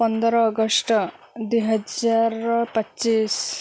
ପନ୍ଦର ଅଗଷ୍ଟ ଦୁଇହଜାର ପଚିଶି